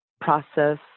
process